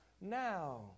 now